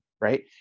right